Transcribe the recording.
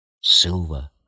silver